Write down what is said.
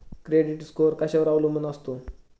Credit score कशावर अवलंबून असतो?